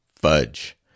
Fudge